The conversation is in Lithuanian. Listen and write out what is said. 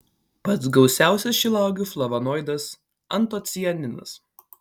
pats gausiausias šilauogių flavonoidas antocianinas